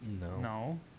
No